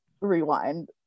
rewind